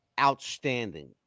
outstanding